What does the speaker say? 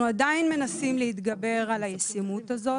אנחנו עדיין מנסים להתגבר על הישימות הזאת,